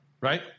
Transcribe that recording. Right